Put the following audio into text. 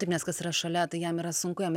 taip nes kas yra šalia tai jam yra sunku jam